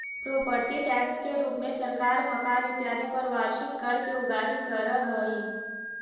property tax के रूप में सरकार मकान इत्यादि पर वार्षिक कर के उगाही करऽ हई